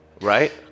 right